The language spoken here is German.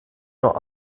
nur